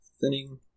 thinning